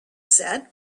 said